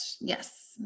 Yes